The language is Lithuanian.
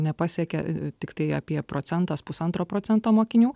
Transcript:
nepasiekė tiktai apie procentas pusantro procento mokinių